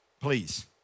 please